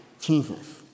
Jesus